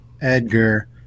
Edgar